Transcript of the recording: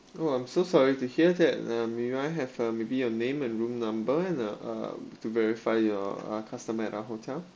oh I'm so sorry to hear that uh may I have uh maybe your name and room number and the um to verify your uh customer at our hotel